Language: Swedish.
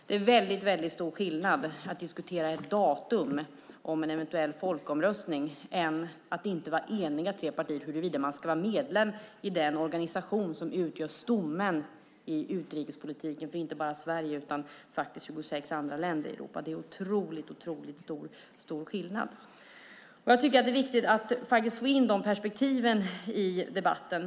Det är en väldigt stor skillnad att diskutera ett datum om en eventuell folkomröstning och att tre partier inte är eniga om huruvida man ska vara medlem i den organisation som utgör stommen i utrikespolitiken för inte bara Sverige utan faktiskt också 26 andra länder i Europa. Det är en otroligt stor skillnad. Jag tycker att det är viktigt att få in de perspektiven i debatten.